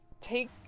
Take